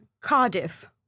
Cardiff